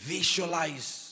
Visualize